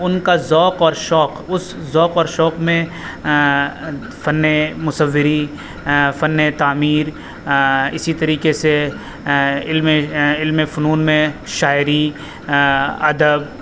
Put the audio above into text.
ان کا ذوق اور شوق اس ذوق اور شوق میں فن مصوری فنِ تعمیر اسی طریقے سے علم علمِ فنون میں شاعری ادب